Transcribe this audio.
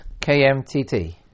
KMTT